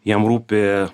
jiem rūpi